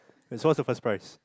wait so what's the first prize